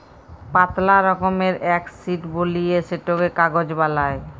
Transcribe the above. পাতলা রকমের এক শিট বলিয়ে সেটকে কাগজ বালাই